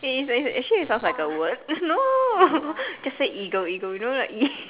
is is actually it sounds like a word no just say is eagle eagle you know the E